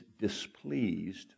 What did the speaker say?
displeased